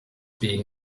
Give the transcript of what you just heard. being